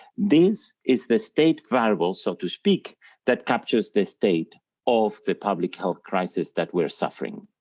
this is the state variable so to speak that captures the state of the public health crisis that we're suffering.